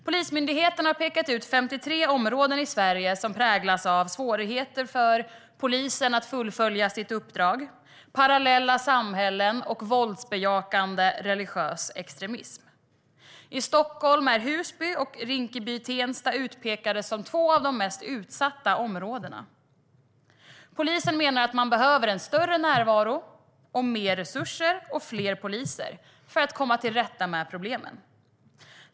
Polismyndigheten har pekat ut 53 områden i Sverige som präglas av svårigheter för polisen att fullfölja sitt uppdrag, parallella samhällen och våldsbejakande religiös extremism. I Stockholm är Husby och Rinkeby-Tensta utpekade som två av de mest utsatta områdena. Polisen menar att man behöver en större närvaro, mer resurser och fler poliser för att komma till rätta med problemen.